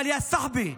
אבל יא סחבי,